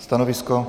Stanovisko?